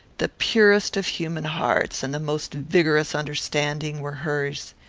the purest of human hearts and the most vigorous understanding were hers.